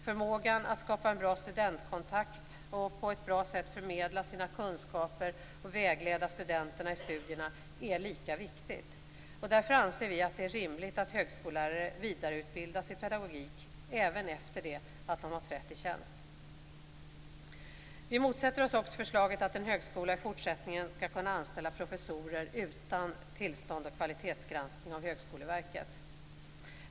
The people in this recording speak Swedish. Förmågan att skapa en bra studentkontakt, att på ett bra sätt förmedla sina kunskaper och att vägleda studenterna i studierna är lika viktig. Därför anser vi att det är rimligt att högskollärare vidareutbildas i pedagogik även efter det att de har trätt i tjänst. Vi motsätter oss också förslaget att en högskola i fortsättningen skall kunna anställa professorer utan tillstånd och kvalitetsgranskning från Högskoleverket.